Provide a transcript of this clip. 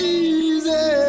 easy